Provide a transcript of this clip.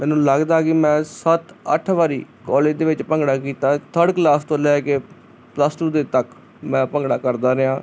ਮੈਨੂੰ ਲੱਗਦਾ ਕਿ ਮੈਂ ਸੱਤ ਅੱਠ ਵਾਰੀ ਕਾਲਜ ਦੇ ਵਿੱਚ ਭੰਗੜਾ ਕੀਤਾ ਥਰਡ ਕਲਾਸ ਤੋਂ ਲੈ ਕੇ ਪਲਸ ਟੂ ਦੇ ਤੱਕ ਮੈਂ ਭੰਗੜਾ ਕਰਦਾ ਰਿਹਾ ਹਾਂ